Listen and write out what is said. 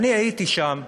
הייתי שם.